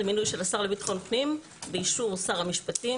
זה מינוי של השר לביטחון פנים באישור שר המשפטים,